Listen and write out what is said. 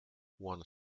one